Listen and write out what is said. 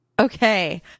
Okay